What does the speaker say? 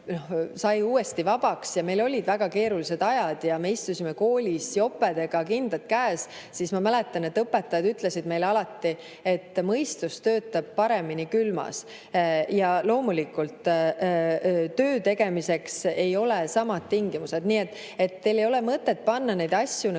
sai uuesti vabaks ja meil olid väga keerulised ajad, siis me istusime koolis jopedega, kindad käes. Ma mäletan, et õpetajad ütlesid meile alati, et mõistus töötab paremini külmas. Loomulikult, töö tegemiseks ei ole vaja samu tingimusi. Teil ei ole mõtet panna neid asju